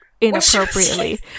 Inappropriately